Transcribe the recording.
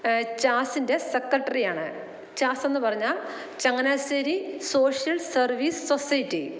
ചാസ്സിൻ്റെ സെക്രട്ടറിയാണ് ചാസ്സെന്ന് പറഞ്ഞാൽ ചങ്ങനാശ്ശേരി സോഷ്യൽ സർവ്വീസ് സൊസൈറ്റി